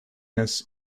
his